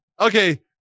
okay